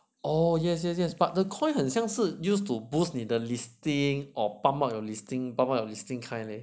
orh yes yes yes but the coin 很像是 used to boost 你的 listing or pump up your listing 宝宝 listing pump up your listing kind leh